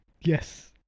Yes